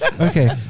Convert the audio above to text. Okay